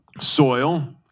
soil